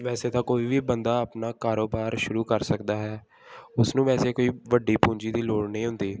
ਵੈਸੇ ਤਾਂ ਕੋਈ ਵੀ ਬੰਦਾ ਆਪਣਾ ਕਾਰੋਬਾਰ ਸ਼ੁਰੂ ਕਰ ਸਕਦਾ ਹੈ ਉਸਨੂੰ ਵੈਸੇ ਕੋਈ ਵੱਡੀ ਪੂੰਜੀ ਦੀ ਲੋੜ ਨਹੀਂ ਹੁੰਦੀ